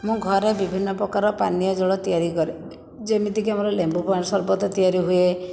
ମୁଁ ଘରେ ବିଭିନ୍ନ ପ୍ରକାର ପାନୀୟ ଜଳ ତିଆରି କରେ ଯେମିତିକି ଆମର ଲେମ୍ବୁ ପାଣି ସର୍ବତ ତିଆରି ହୁଏ